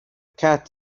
cat